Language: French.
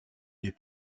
des